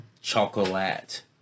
Chocolate